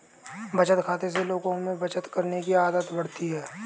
बचत खाते से लोगों में बचत करने की आदत बढ़ती है